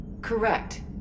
Correct